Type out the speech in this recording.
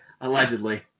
allegedly